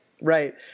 right